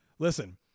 Listen